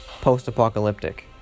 post-apocalyptic